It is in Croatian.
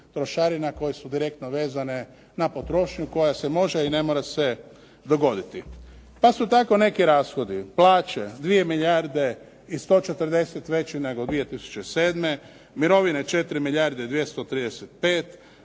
trošarina koje su direktno vezane na potrošnju koja se može i ne mora se dogoditi. Pa su tako neki rashodi plaće 2 milijarde i 140 veći nego 2007., mirovine 4 milijarde i 235,